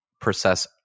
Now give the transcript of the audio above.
process